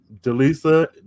Delisa